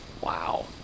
Wow